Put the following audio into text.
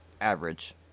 average